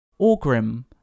Orgrim